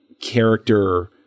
character –